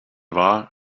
war